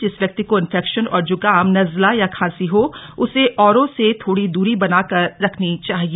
जिस व्यक्ति को इंफेक्शन और जुकाम नजला या खांसी हो उसे औरों से थोड़ी दूरी बनाकर रखनी चाहिए